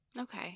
Okay